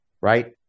right